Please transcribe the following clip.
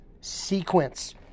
sequence